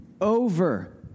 over